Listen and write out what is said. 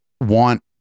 want